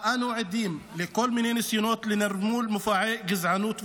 שבה אנו עדים לכל מיני ניסיונות לנרמול מופעי גזענות ואפליה.